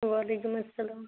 و علیکم السلام